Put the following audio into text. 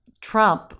Trump